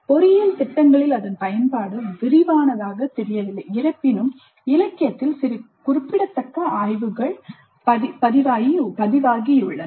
பொறியியல் திட்டங்களில் அதன் பயன்பாடு விரிவானதாகத் தெரியவில்லை இருப்பினும் இலக்கியத்தில் சில குறிப்பிடத்தக்க ஆய்வுகள் பதிவாகியுள்ளன